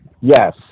Yes